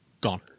gone